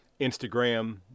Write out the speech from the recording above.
Instagram